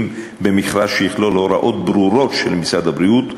במכרז שיכלול הוראות ברורות של משרד הבריאות,